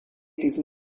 diesem